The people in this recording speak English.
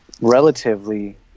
Relatively